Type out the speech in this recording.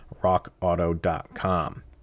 RockAuto.com